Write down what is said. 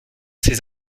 ses